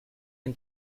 ein